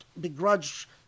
begrudge